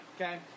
Okay